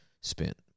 spent